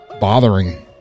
bothering